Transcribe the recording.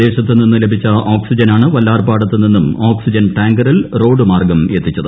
വിദേശത്ത് നിന്ന് ലഭിച്ച ഓക്സിജനാണ് വല്ലാർപാടത്തു നിന്നും ഓക്സിജൻ ടാങ്കറിൽ റോഡ് മാർഗ്ഗം എത്തിച്ചത്